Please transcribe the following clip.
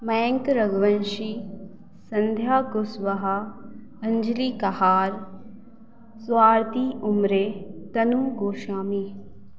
Mayank Raghuvanshi Sandhya Kushwaha Anjali Kahar Swarti Umre Tanu Goswami